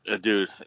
Dude